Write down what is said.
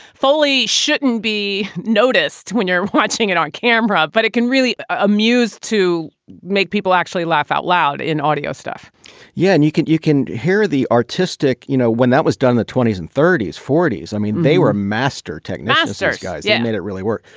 foley shouldn't be noticed when you're watching it on camera. but it can really amuse to make people actually laugh out loud in audio stuff yeah. and you can you can hear the artistic you know, when that was done, the twenty s and thirty s, forty s. i mean they were master tech narcissus guys. yeah. made it really work.